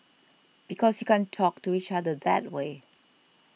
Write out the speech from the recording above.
because you can't talk to each other that way